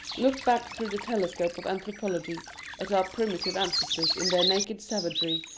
look back through the telescope of anthropology at our primitive ancestors in their naked savagery,